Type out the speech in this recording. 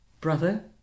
brother